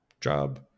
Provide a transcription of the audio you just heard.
job